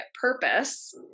purpose